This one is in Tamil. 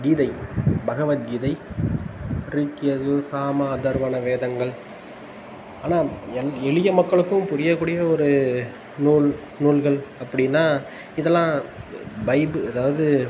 கீதை பகவத்கீதை ரிக் யஜுர் சாம அதர்வண வேதங்கள் ஆனால் என் எளிய மக்களுக்கும் புரிய கூடிய ஒரு நூல் நூல்கள் அப்படின்னா இதெல்லாம் பைப்பு அதாவது